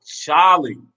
Charlie